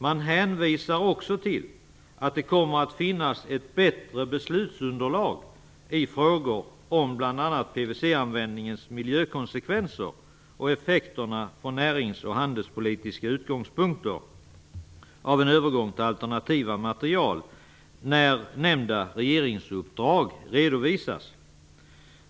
Man hänvisar också till att det kommer att finnas ett bättre beslutsunderlag i frågor om bl.a. PVC-användningens miljökonsekvenser och effekterna från närings och handelspolitiska utgångspunkter av en övergång till alternativa material när nämnda regeringsuppdrag redovisas.